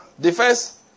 Defense